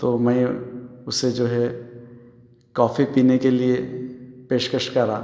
تو میں اسے جو ہے کافی پینے کے لیے پیشکش کرا